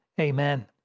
Amen